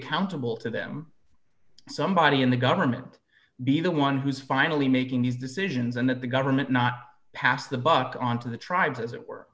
accountable to them somebody in the government be the one who's finally making these decisions and that the government not pass the buck on to the tribes as it were